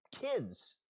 kids